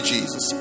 Jesus